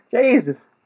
Jesus